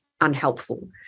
unhelpful